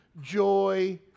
joy